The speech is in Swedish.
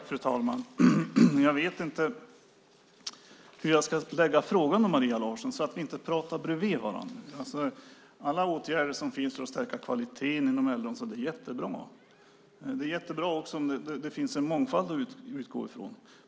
Fru talman! Jag vet inte hur jag ska ställa min fråga till Maria Larsson så att vi inte pratar förbi varandra. Det är bra med alla åtgärder som vidtas för att förstärka kvaliteten inom äldreomsorgen. Det är bra om det finns en mångfald att utgå från.